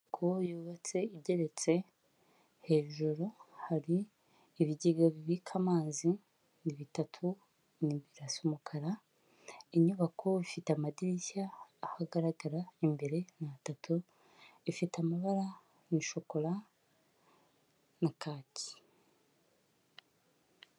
Inyubako yubatse igeretse, hejuru hari ibigega bibika amazi ni bitatu, ni birasa umukara, inyubako ifite amadirishya aho agaragara imbere ni atatu, ifite amabara ni shokora na kaki.